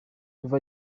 kuva